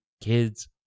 kids